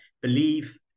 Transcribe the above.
believe